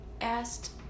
asked